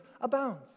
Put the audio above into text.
abounds